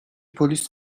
polis